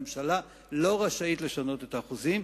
ממשלה לא רשאית לשנות את האחוזים,